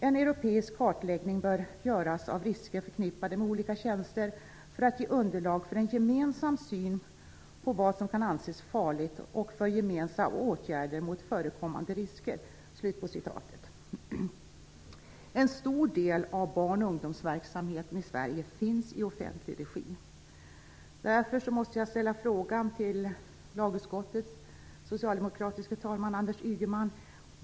En europeisk kartläggning bör göras av risker förknippade med olika tjänster för att ge underlag för en gemensam syn på vad som kan anses farligt och för gemensamma åtgärder mot förekommande risker." Sverige finns i offentlig regi. Därför måste jag ställa en fråga till lagutskottets socialdemokratiske talesman Anders Ygeman.